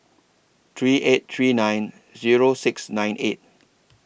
three eight three nine Zero six nine eight